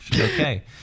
Okay